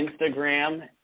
Instagram